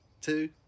two